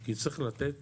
כי צריך לתת